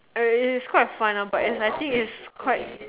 uh its quite fun lah but I think it's quite